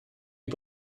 mit